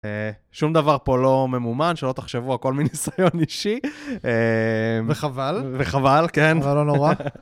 שום דבר פה לא ממומן, שלא תחשבו הכל מניסיון אישי. וחבל. וחבל, כן. זה לא נורא.